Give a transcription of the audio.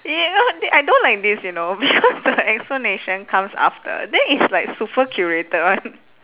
eh not I don't like this you know because the explanation comes after then it's like super curated [one]